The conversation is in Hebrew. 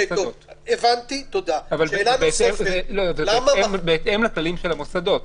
אבל זה בהתאם לכללים של המוסדות.